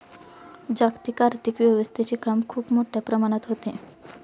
जागतिक आर्थिक व्यवस्थेचे काम खूप मोठ्या प्रमाणात होते